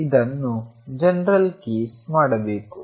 ಇದನ್ನು general case ಮಾಡಬೇಕು